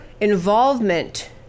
involvement